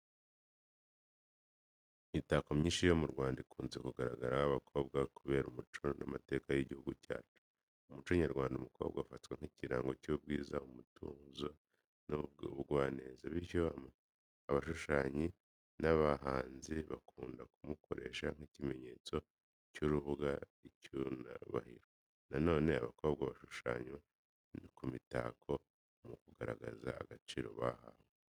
Imitako myinshi yo mu Rwanda ikunze kugaragaraho abakobwa kubera umuco n’amateka y’igihugu cyacu. Mu muco nyarwanda, umukobwa afatwa nk’ikirango cy’ubwiza, umutuzo n’ubugwaneza, bityo abashushanyi n’abahanzi bakunda kumukoresha nk’ikimenyetso cy’uburanga n’icyubahiro. Na none, abakobwa bashushanywa ku mitako mu kugaragaza agaciro bahawe mu kubungabunga umuco, gusigasira indangagaciro z’umuryango no kugaragaza ibyiza by’Abanyarwandakazi.